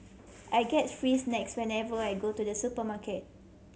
I get free snacks whenever I go to the supermarket